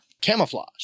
Camouflage